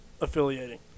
affiliating